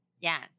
Yes